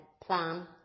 plan